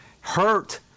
hurt